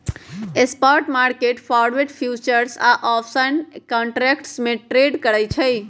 stock market forward, futures या option contracts में trade करई छई